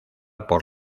por